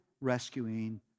rescuing